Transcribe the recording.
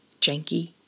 Janky